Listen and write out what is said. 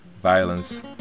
violence